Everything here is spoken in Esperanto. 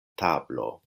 tablo